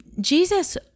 Jesus